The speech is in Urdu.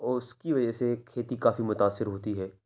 اور اس کی وجہ سے کھیتی کافی متاثر ہوتی ہے